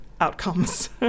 outcomes